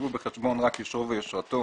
יובאו בחשבון רק יושרו ויושרתו